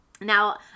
Now